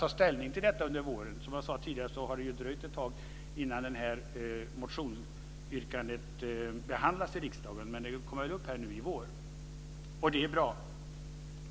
ta ställning till det under våren från de olika partierna i riksdagen. Som jag sade tidigare har det dröjt ett tag innan motionsyrkandet behandlades i riksdagen. Det kommer upp i vår, och det är bra.